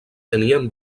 tenien